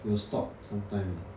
it will stop some time lah